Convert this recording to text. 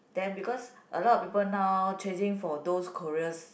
then because a lot of people now chasing for those Korea s~